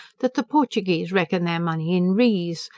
that the portuguese reckon their money in rees,